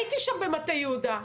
הייתי שם במטה יהודה.